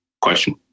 Question